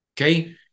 Okay